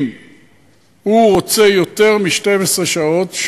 אם הוא רוצה יותר מ-12 שעות,